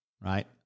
right